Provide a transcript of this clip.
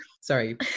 Sorry